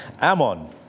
Ammon